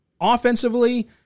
Offensively